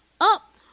up